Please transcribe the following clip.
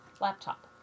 laptop